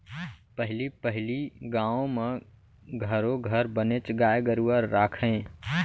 पहली पहिली गाँव म घरो घर बनेच गाय गरूवा राखयँ